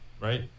right